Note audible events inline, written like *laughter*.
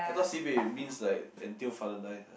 I thought sibei means like until father die *noise*